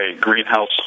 greenhouse